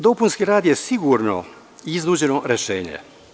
Dopunski rad je sigurno iznuđeno rešenje.